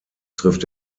trifft